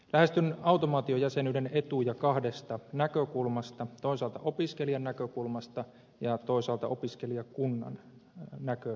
lähestyn automaatiojäsenyyden etuja kahdesta näkökulmasta toisaalta opiskelijan näkökulmasta ja toisaalta opiskelijakunnan näkövinkkelistä